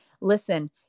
listen